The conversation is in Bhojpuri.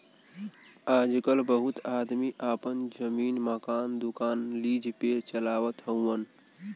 आजकल बहुत आदमी आपन जमीन, मकान, दुकान लीज पे चलावत हउअन